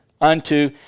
unto